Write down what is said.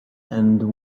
and